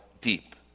deep